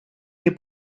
que